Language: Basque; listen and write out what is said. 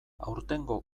aurtengo